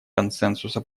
консенсуса